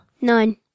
Nine